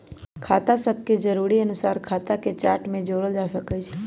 खता सभके जरुरी अनुसारे खता के चार्ट में जोड़ल जा सकइ छै